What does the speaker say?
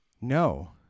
No